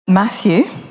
Matthew